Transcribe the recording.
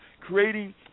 creating